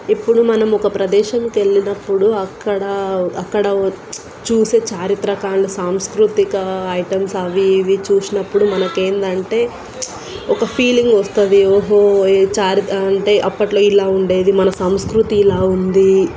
ఇప్పుడు మనం ఒక ప్రదేశానికెళ్ళినప్పుడు అక్కడ అక్కడ చూసే చారిత్రక అండ్ సాంస్కృతిక ఐటమ్స్ అవీ ఇవీ చూసినప్పుడు మనకేంటంటే ఒక ఫీలింగ్ వస్తుంది ఓహో చారి అంటే అప్పట్లో ఇలా ఉండేది మన సంస్కృతి ఇలా ఉంది